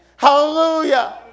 Hallelujah